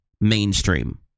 mainstream